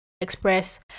Express